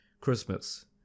Christmas